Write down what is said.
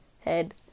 head